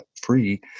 free